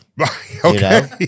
Okay